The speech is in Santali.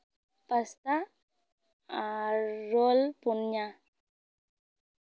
ᱯᱟᱥᱛᱟ ᱟᱨ ᱨᱳᱞ ᱯᱩᱱᱭᱟ